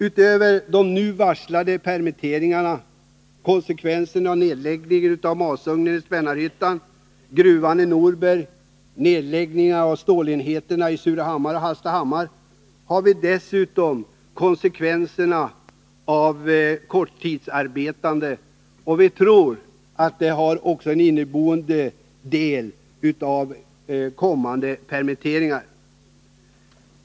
Utöver de varslade permitteringarna — konsekvenser av nedläggningen av masugnen i Spännarhyttan och gruvan i Norberg samt nedläggningarna av stålenheter i Surahammar och Hallstahammar — har vi dessutom konsekvenserna med korttidsarbete. Vi tror att vi här också har att räkna med kommande permitteringar.